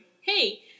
hey